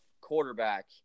quarterback